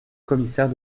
commissaire